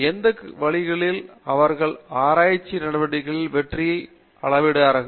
எந்த வழிகளில் அவர்கள் ஆராய்ச்சி நடவடிக்கைகளில் வெற்றியை அளவிடுகிறார்கள்